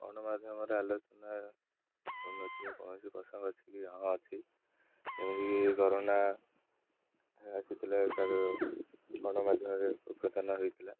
ଗଣମାଧ୍ୟମରେ ଆଲୋଚନା ହୋଇନଥିବା କୌଣସି ପ୍ରସଙ୍ଗ ଅଛି କି ହଁ ଅଛି ଯେମିତିକି କରୋନା ଆସିଥିଲା ଗଣମାଧ୍ୟମରେ ଉତ୍ପାଦାନ ହୋଇଥିଲା